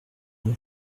mon